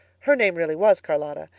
her name really was charlotta.